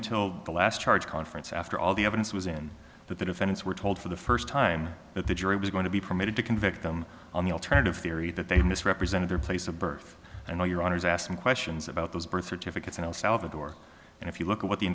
until the last charge conference after all the evidence was in that the defendants were told for the first time that the jury was going to be permitted to convict them on the alternative theory that they misrepresented their place of birth and your honour's asked some questions about those birth certificates and all salvador and if you look at what the